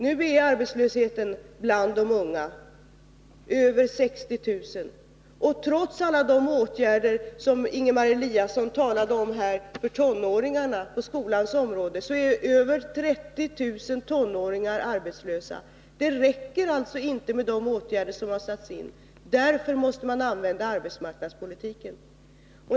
Nu är antalet arbetslösa unga över 60 000. Och trots alla de åtgärder för tonåringarna på skolans område som Ingemar Eliasson här talade om, så är över 30 000 tonåringar arbetslösa. Det räcker alltså inte med de åtgärder som har satts in. Därför måste man använda arbetsmarknadspolitiken.